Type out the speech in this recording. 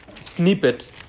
snippet